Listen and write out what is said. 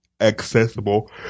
accessible